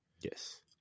Yes